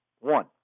one